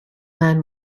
man